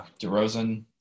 DeRozan